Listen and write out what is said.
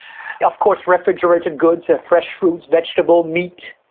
of course refrigerated goods, ah fresh fruits, vegetables, meat.